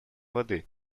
воды